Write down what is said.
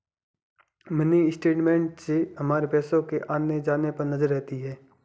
mini statement से हमारे पैसो के आने जाने पर नजर रहती है